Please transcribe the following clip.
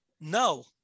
No